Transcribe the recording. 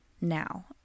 now